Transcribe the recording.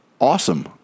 Awesome